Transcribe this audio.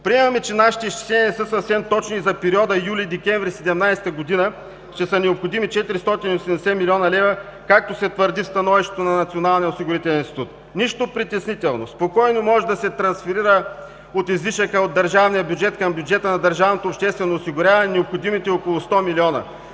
Приемаме, че нашите изчисления не са съвсем точни за периода юли-декември 2017 г. Ще са необходими 480 млн. лв., както се твърди в становището на Националния осигурителен институт. Нищо притеснително. Спокойно може да се трансферират от излишъка от държавния бюджет към бюджета на държавното обществено осигуряване